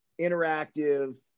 interactive